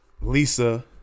Lisa